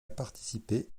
participé